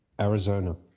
Arizona